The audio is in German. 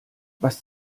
was